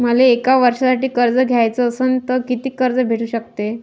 मले एक वर्षासाठी कर्ज घ्याचं असनं त कितीक कर्ज भेटू शकते?